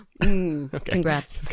Congrats